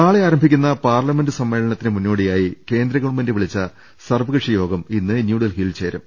നാളെ ആരംഭിക്കുന്ന പാർലമെന്റ് സമ്മേളനത്തിന് മുന്നോടിയായി കേന്ദ്ര ഗവൺമെന്റ് വിളിച്ച സർവ്വകക്ഷി യോഗം ഇന്ന് ന്യൂഡൽഹിയിൽ ചേരും